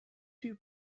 two